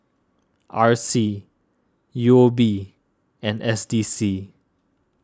R C U O B and S D C